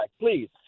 please